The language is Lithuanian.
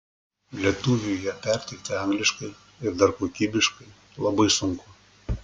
lietuviui ją perteikti angliškai ir dar kokybiškai labai sunku